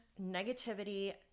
negativity